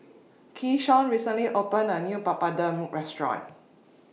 Keyshawn recently opened A New Papadum Restaurant